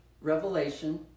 Revelation